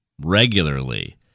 regularly